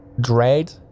Dread